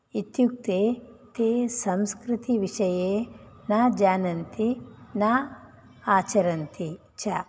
इत्युक्ते ते संस्कृतिविषये न जानन्ति न आचरन्ति च